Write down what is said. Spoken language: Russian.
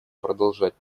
продолжать